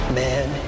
man